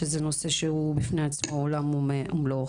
שהוא נושא שבפני עצמו הוא עולם ומלואו.